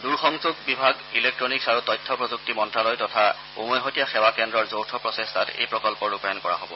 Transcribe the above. দূৰ সংযোগ বিভাগ ইলেক্ট্নিকছ্ আৰু তথ্য প্ৰযুক্তি মন্ত্ৰালয় তথা উমৈহতীয়া সেৱা কেন্দ্ৰৰ যৌথ প্ৰচেষ্টাত এই প্ৰকল্পৰ ৰূপায়ণ কৰা হ'ব